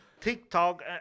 TikTok